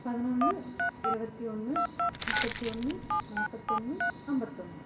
பதுனொன்று இரபத்தி ஒன்று முப்பத்தி ஒன்று நாற்பத்தொன்னு ஐம்பத்தொன்னு